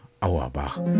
Auerbach